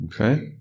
Okay